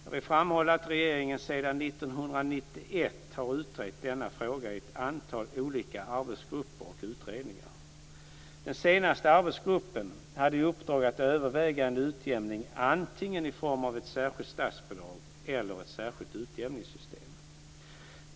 Jag vill framhålla att regeringen sedan 1991 har utrett denna fråga i ett antal olika arbetsgrupper och utredningar. Den senaste arbetsgruppen hade i uppdrag att överväga en utjämning antingen i form av ett särskilt statsbidrag eller ett särskilt utjämningssystem.